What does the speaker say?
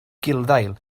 gulddail